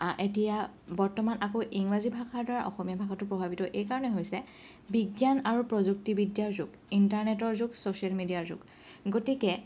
এতিয়া বৰ্তমান এতিয়া আকৌ ইংৰাজী ভাষাৰ দ্বাৰা অসমীয়া ভাষাটো প্ৰভাৱিত এইকাৰণে প্ৰভাৱিত হৈছে বিজ্ঞান আৰু প্ৰযুক্তিবিদ্যাৰ যুগ ইণ্টাৰনেটৰ যুগ ছচিয়েল মেডিয়াৰ যুগ গতিকে